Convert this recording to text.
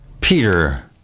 peter